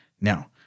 Now